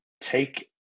Take